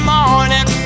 Morning